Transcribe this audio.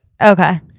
okay